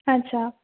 अच्छा